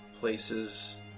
Places